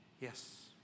Yes